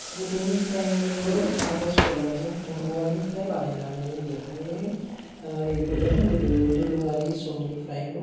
गोदोनिफ्रायनो कागस कलम जों औवा निफ्राय बानायनानै बेहाय लिरबोदों गोदो दोरोङारि समनिफ्रायनो